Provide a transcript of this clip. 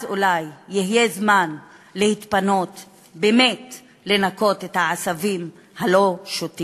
אז אולי יהיה זמן להתפנות באמת לנקות את העשבים הלא-שוטים.